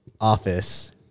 office